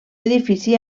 edifici